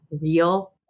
real